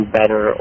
better